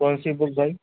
کون سی بک بھائی